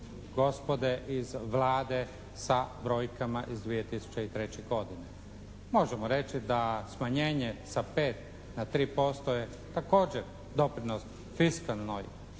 gospode iz Vlade sa brojkama iz 2003. godine. Možemo reći da smanjenje sa 5 na 3% je također doprinos fiskalnoj